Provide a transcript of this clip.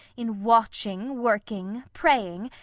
in watching, working, praying,